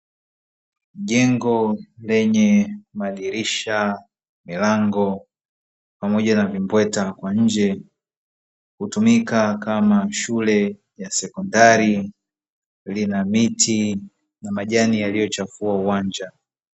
Jengo lenye madirisha, milango pamoja na vimbweta kwa nje, hutumika kama shule ya sekondari, lina miti na majani yaliyochafua uwanja.